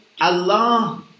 Allah